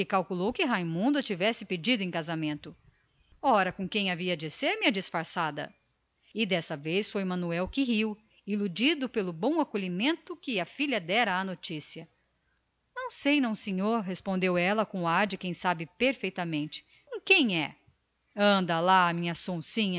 que raimundo a pedira em casamento ora com quem havia de ser minha disfarçada e desta vez foi manuel que riu iludido pelo bom acolhimento que a filha dera à notícia não sei não senhor respondeu ela com ar de quem sabe perfeitamente com quem é anda lá sonsinha